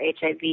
HIV